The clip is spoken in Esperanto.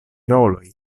roloj